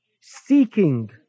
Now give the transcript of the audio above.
seeking